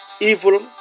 evil